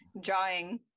drawing